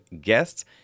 guests